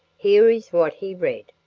here is what he read